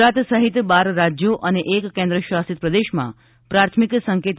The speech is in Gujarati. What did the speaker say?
ગુજરાત સહિત બાર રાજ્યો અને એક કેન્દ્ર શાસિત પ્રદેશમાં પ્રાથમિક સંકેત